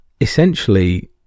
essentially